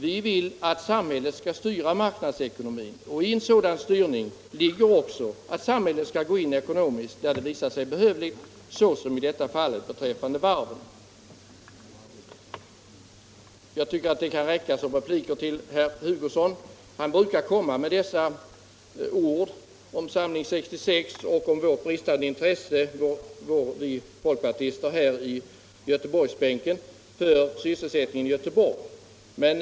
Vi vill att samhället skall styra marknadsekonomin. I en sådan styrning ligger också att samhället skall gå in ekonomiskt där det visar sig behövligt, såsom nu beträffande varven. Detta får räcka som repliker till herr Hugosson. Han brukar komma med påståenden om Samling 66 och om det bristande intresset för sysselsättningen i Göteborg hos oss folkpartister på Göteborgsbänken.